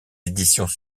éditions